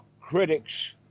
critics